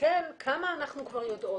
מתסכל כמה אנחנו כבר יודעות,